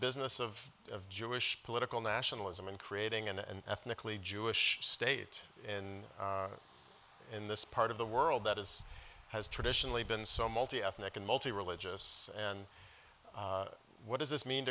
business of of jewish political nationalism and creating an ethnically jewish state in in this part of the world that is has traditionally been so multi ethnic and multi religious and what does this mean